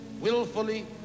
willfully